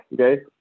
Okay